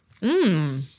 Mmm